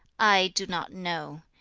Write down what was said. i do not know.